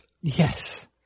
Yes